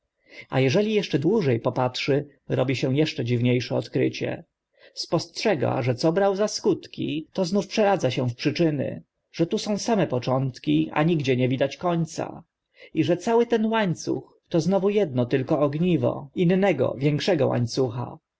a eżeli eszcze dłuże popatrzy robi eszcze dziwnie sze odkrycie spostrzega że co brał za skutki to znów przeradza się w przyczyny że tu są same początki a nigdzie nie widać końca i że cały ten łańcuch to znowu edno tylko ogniwo innego większego łańcucha